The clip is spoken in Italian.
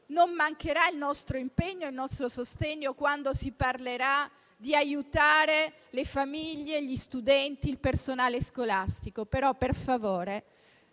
non mancheranno il nostro impegno e il nostro sostegno quando si parlerà di aiutare le famiglie, gli studenti, il personale scolastico. Però, per favore,